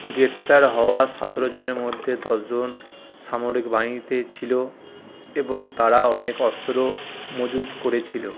গ্রেপ্তার হওয়া সতেরো জনের মধ্যে দশ জন সামরিক বাহিনীতে ছিল এবং তারা অনেক অস্ত্র মজুত করেছিল